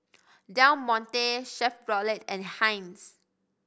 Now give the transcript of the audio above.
Del Monte Chevrolet and Heinz